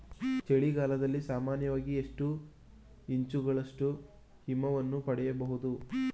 ಚಳಿಗಾಲದಲ್ಲಿ ಸಾಮಾನ್ಯವಾಗಿ ಎಷ್ಟು ಇಂಚುಗಳಷ್ಟು ಹಿಮವನ್ನು ಪಡೆಯಬಹುದು?